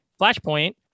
Flashpoint